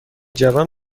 جوم